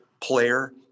player